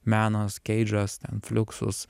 meno skeidžas ten fluxus